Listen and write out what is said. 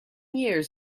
years